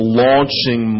launching